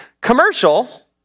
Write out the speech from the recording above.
Commercial